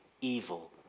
evil